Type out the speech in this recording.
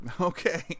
Okay